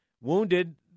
wounded